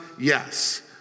yes